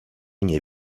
nie